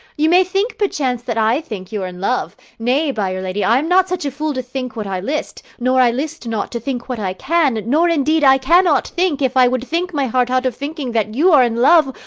you may think, perchance, that i think you are in love nay, by'r lady, i am not such a fool to think what i list nor i list not to think what i can nor, indeed, i cannot think, if i would think my heart out of thinking, that you are in love,